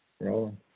rolling